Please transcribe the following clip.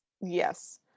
yes